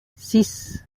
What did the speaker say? six